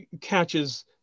catches